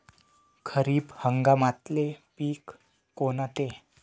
खरीप हंगामातले पिकं कोनते?